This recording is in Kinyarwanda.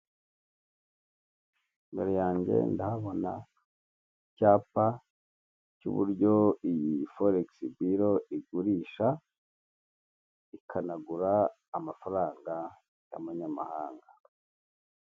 Imbere yanjye ndahabona icyapa cy'uburyo iyi foregisi biro igurisha ikanagura amafaranga y'amanyamahanga.